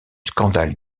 scandale